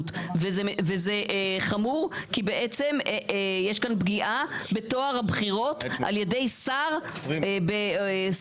וזה חמור כי בעצם יש כאן פגיעה בטוהר הבחירות על ידי שר הפנים,